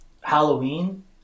Halloween